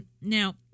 Now